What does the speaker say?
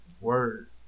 Word